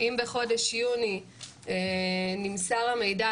אם בחודש יוני נמסר המידע,